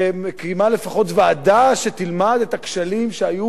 והקימה לפחות ועדה שתלמד את הכשלים שהיו